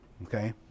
Okay